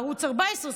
בערוץ 14,